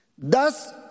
Thus